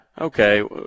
Okay